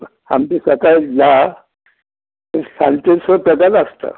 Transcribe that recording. आमची सकाळी धा ते सांचे स पेतान आसता